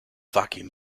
vacuum